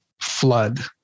flood